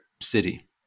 city